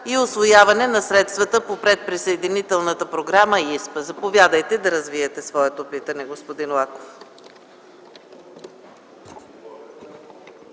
и усвояване на средствата по предприсъединителната програма ИСПА. Заповядайте да развиете своето питане, господин Лаков.